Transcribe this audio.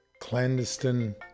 clandestine